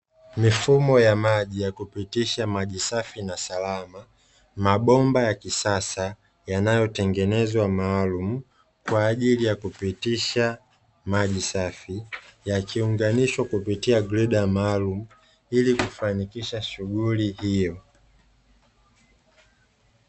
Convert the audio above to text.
Mifumo ya maji ya kupitisha maji safi na salama, mabomba ya kisasa yanayotengenezwa maalumu kwa ajili ya kupitisha maji safi yakiunganishwa kupitia greda maalumu ili kufanikisha shughuli hiyo.